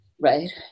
right